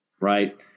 right